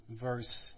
verse